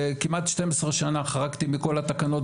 אני חושבת שתחומים שיורדים מבחינות הבגרות בדרך כלל נעלמים,